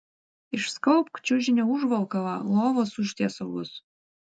išskalbk čiužinio užvalkalą lovos užtiesalus